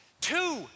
two